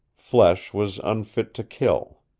flesh was unfit to kill.